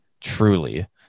truly